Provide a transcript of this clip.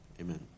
amen